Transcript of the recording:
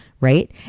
right